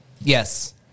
Yes